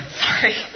Sorry